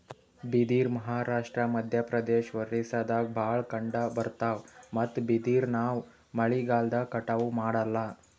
ಬಿದಿರ್ ಮಹಾರಾಷ್ಟ್ರ, ಮಧ್ಯಪ್ರದೇಶ್, ಒರಿಸ್ಸಾದಾಗ್ ಭಾಳ್ ಕಂಡಬರ್ತಾದ್ ಮತ್ತ್ ಬಿದಿರ್ ನಾವ್ ಮಳಿಗಾಲ್ದಾಗ್ ಕಟಾವು ಮಾಡಲ್ಲ